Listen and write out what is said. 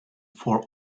for